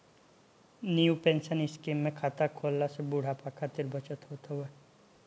new pension scheme में खाता खोलला से बुढ़ापा खातिर बचत होत हवे